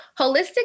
holistic